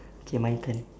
K my turn